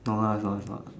no ah it's not it's not